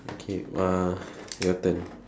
okay uh your turn